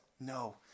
No